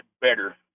better